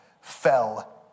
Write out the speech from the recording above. fell